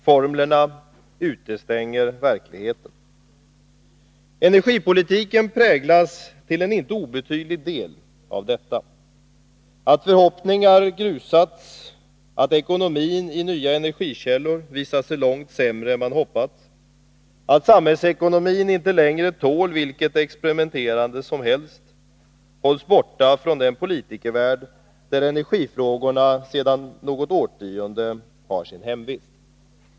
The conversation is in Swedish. Formlerna utestänger verkligheten. Energipolitiken präglas till inte obetydlig del av detta. Att förhoppningar grusats, att ekonomin i nya energikällor visat sig långt sämre än man hoppats och att samhällsekonomin inte längre tål vilket experimenterande som helst hålls borta från den politikervärld där energifrågorna sedan något årtionde har sin hemvist.